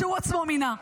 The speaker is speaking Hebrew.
שהוא עצמו מינה.